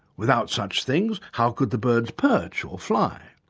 without such things, how could the birds perch or fly.